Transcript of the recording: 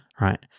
right